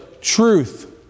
truth